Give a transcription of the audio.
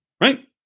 right